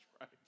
right